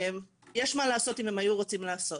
יש מה לעשות אם הם היו רוצים לעשות.